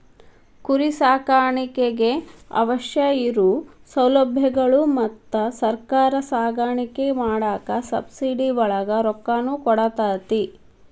ಕುರಿ ಸಾಕಾಣಿಕೆಗೆ ಅವಶ್ಯ ಇರು ಸೌಲಬ್ಯಗಳು ಮತ್ತ ಸರ್ಕಾರಾ ಸಾಕಾಣಿಕೆ ಮಾಡಾಕ ಸಬ್ಸಿಡಿ ಒಳಗ ರೊಕ್ಕಾನು ಕೊಡತತಿ